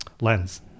lens